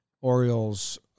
Orioles